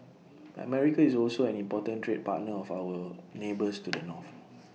America is also an important trade partner of our neighbours to the north